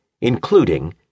including